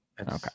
Okay